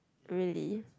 really